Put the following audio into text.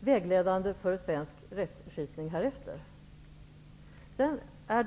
vägledande för den fortsatta svenska rättskipningen.